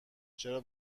چرا